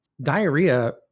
diarrhea